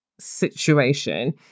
situation